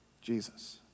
Jesus